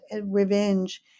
revenge